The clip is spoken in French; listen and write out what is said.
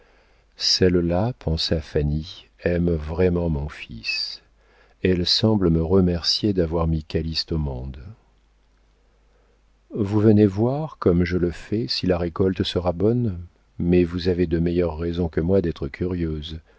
celle-là pensa fanny aime vraiment mon fils elle semble me remercier d'avoir mis calyste au monde vous venez voir comme je le fais si la récolte sera bonne mais vous avez de meilleures raisons que moi d'être curieuse